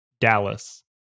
Dallas